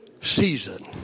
season